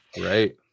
right